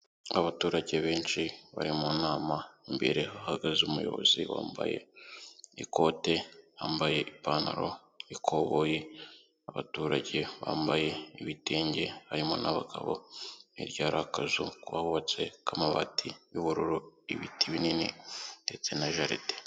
Abaturage benshi bari mu nama, imbere hahagaze umuyobozi wambaye ikote, yambaye ipantaro ikoboyi, abaturage bambaye ibitenge harimo n'abagabo, hirya hari akazu kahubatse k'amabati y'ubururu, ibiti binini ndetse na jaride.